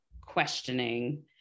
questioning